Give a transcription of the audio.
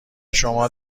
شما